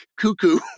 cuckoo